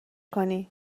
کنی